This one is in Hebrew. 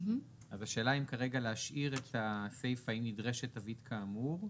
השאלה אם כרגע להשאיר את הסיפא אם נדרשת תווית כאמור,